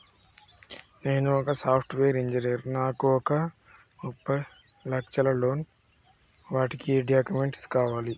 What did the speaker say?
నేను ఒక software engineer నాకు ఒక ముప్పై లక్షల లోన్ ఇస్తరా? వాటికి ఏం డాక్యుమెంట్స్ కావాలి?